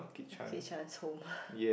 Kit-Chan's Home